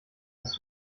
hast